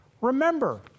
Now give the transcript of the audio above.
Remember